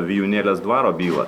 vijūnėlės dvaro bylą